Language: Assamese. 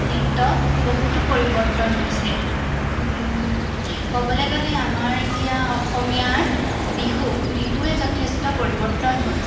নৃত্য বহুতো পৰিৱৰ্তন হৈছে ক'বলৈ গ'লে আমাৰ এতিয়া অসমীয়াৰ বিহু বিহুৱে যথেষ্ট পৰিৱৰ্তন হ'ল